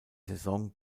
saison